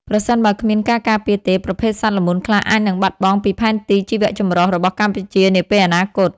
ប្រសិនបើគ្មានការការពារទេ ប្រភេទសត្វល្មូនខ្លះអាចនឹងបាត់បង់ពីផែនទីជីវចម្រុះរបស់កម្ពុជានាពេលអនាគត។